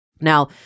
now